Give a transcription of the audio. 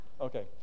okay